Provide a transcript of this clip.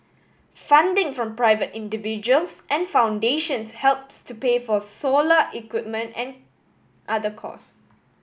funding from private individuals and foundations helps to pay for solar equipment and other cost